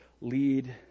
lead